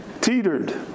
teetered